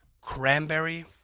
cranberry